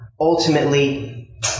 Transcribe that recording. ultimately